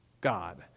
god